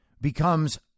becomes